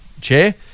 chair